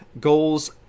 goals